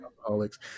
alcoholics